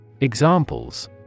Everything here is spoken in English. Examples